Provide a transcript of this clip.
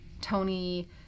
Tony